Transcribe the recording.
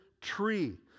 tree